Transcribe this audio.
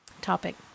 topic